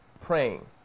praying